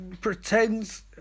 pretends